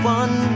one